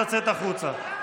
לצאת החוצה.